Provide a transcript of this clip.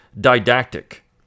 didactic